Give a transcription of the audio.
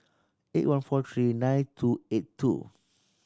eight one four three nine two eight two